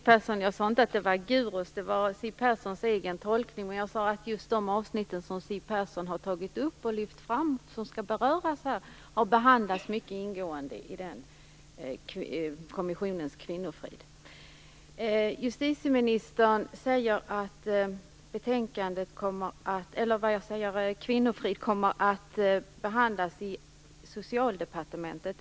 Herr talman! Jag sade inte, Siw Persson, att de var guruer. Det var Siw Perssons egen tolkning. Jag sade att just de avsnitt som Siw Persson har lyft fram skall behandlas ingående av kommissionen. Justitieministern säger att betänkandet Kvinnofrid kommer behandlas i Socialdepartementet.